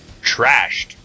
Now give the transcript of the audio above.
Trashed